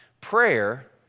Prayer